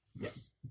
Yes